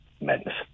madness